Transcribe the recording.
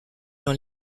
dans